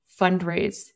fundraise